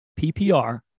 PPR